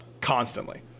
constantly